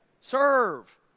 Serve